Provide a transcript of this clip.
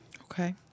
okay